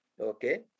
okay